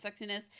sexiness